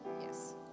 Yes